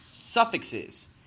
suffixes